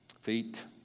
feet